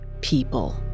people